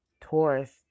Taurus